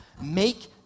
Make